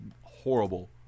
horrible